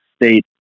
state